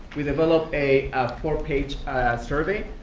we developed a four-page survey